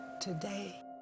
today